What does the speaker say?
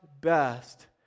best